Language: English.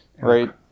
Right